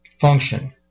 function